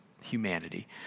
humanity